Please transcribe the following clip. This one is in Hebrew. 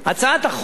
הצעת החוק